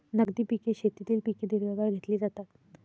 नगदी पिके शेतीतील पिके दीर्घकाळ घेतली जातात